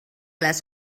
les